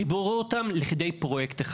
חיברו אותם לכדי פרויקט אחד.